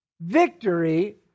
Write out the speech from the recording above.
Victory